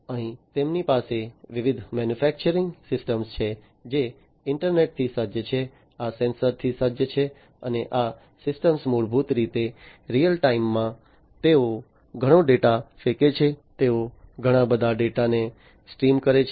અહીં તેમની પાસે વિવિધ મેન્યુફેક્ચરિંગ સિસ્ટમ્સ છે જે ઇન્ટરનેટથી સજ્જ છે આ સેન્સરથી સજ્જ છે અને આ સિસ્ટમ્સ મૂળભૂત રીતે રીઅલ ટાઇમમાં તેઓ ઘણો ડેટા ફેંકે છે તેઓ ઘણા બધા ડેટાને સ્ટ્રીમ કરે છે